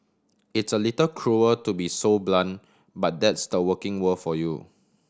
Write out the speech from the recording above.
it's a little cruel to be so blunt but that's the working world for you